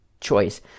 choice